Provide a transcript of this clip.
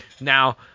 now